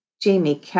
Jamie